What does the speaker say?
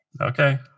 okay